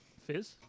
fizz